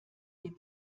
die